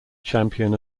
champion